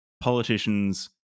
politicians